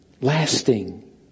lasting